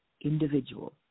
individual